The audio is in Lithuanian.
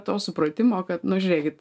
to supratimo kad nu žiūrėkit